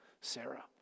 Sarah